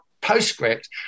postscript